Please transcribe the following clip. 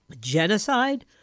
Genocide